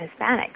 Hispanics